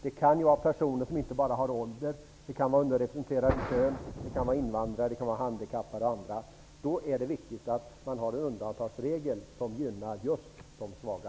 Det behöver inte bara vara fråga om personer i en viss ålder utan även underrepresenterat kön, invandrare, handikappade osv. Då är det viktigt att det finns undantagsregler som gynnar just de svaga.